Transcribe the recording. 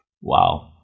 Wow